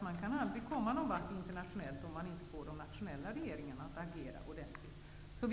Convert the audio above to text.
Man kan aldrig nå resultat internationellt om inte de nationella regeringarna agerar ordentligt.